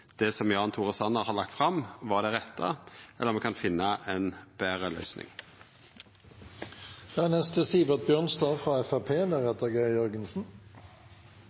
det Jan Tore Sanner har lagt fram, var det rette, eller om me kan finna ei betre